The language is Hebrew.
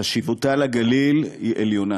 חשיבותה לגליל היא עליונה.